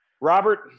Robert